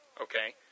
okay